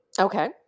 Okay